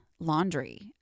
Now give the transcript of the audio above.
laundry